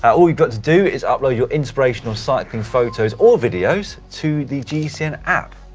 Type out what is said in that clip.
all you've got to do is upload your inspirational cycling photos or videos to the gcn app.